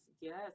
yes